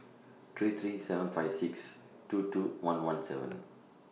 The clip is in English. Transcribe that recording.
three three seven five six two two one one seven